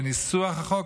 לניסוח החוק,